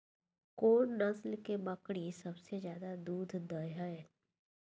कोन नस्ल के बकरी सबसे ज्यादा दूध दय हय?